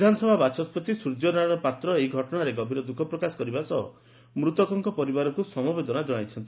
ବିଧାନସଭା ବାଚସ୍ବତି ସୂର୍ଯ୍ୟନାରାୟଶ ପାତ୍ର ଏହି ଘଟଶା ନେଇ ଗଭୀର ଦୁଖ ପ୍ରକାଶ କରିବା ସହ ମୃତକଙ୍କ ପରିବାରକୁ ସମବେଦନା ଜଶାଇଛନ୍ତି